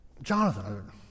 Jonathan